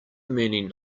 meaning